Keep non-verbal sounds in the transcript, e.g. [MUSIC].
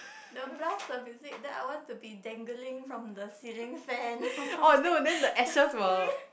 they'll blast the music then I want to be dangling from the ceiling fan [LAUGHS] or something !ee!